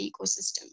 ecosystem